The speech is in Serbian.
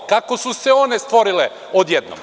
Kako su se one stvorile odjednom?